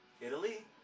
Italy